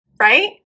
Right